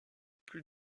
plus